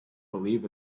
believe